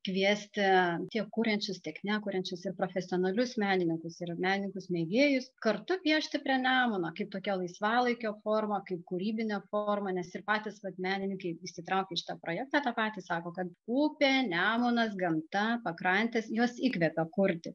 kviesti tiek kuriančius tiek nekuriančius ir profesionalius menininkus ir menininkus mėgėjus kartu piešti prie nemuno kaip tokia laisvalaikio forma kaip kūrybinė forma nes ir patys vat menininkai įsitraukę į šitą projektą tą patį sako kad upė nemunas gamta pakrantės juos įkvepia kurti